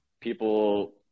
people